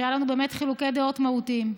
היו לנו באמת חילוקי דעות מהותיים.